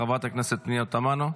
חברת הכנסת פנינה תמנו,